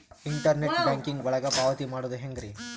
Internet banking ಒಳಗ ಪಾವತಿ ಮಾಡೋದು ಹೆಂಗ್ರಿ?